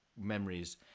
memories